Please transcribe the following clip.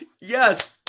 Yes